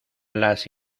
las